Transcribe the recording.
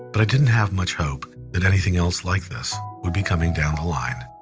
but i didn't have much hope that anything else like this would be coming down the line.